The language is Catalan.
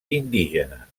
indígena